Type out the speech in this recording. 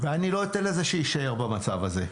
אני לא אתן לזה להישאר במצב הזה.